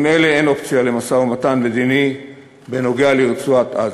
עם אלה אין אופציה למשא-ומתן מדיני בנוגע לרצועת-עזה.